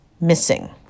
missing